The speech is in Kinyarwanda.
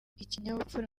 ikinyabupfura